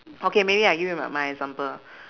okay maybe I give you my my example